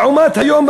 לעומת היום,